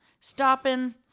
stopping